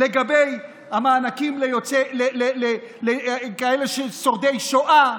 לגבי המענקים לכאלה שהם שורדי שואה.